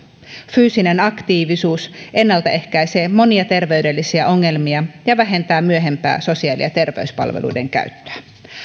fyysinen aktiivisuus ennaltaehkäisee monia terveydellisiä ongelmia ja vähentää myöhempää sosiaali ja terveyspalveluiden käyttöä